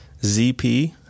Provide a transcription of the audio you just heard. ZP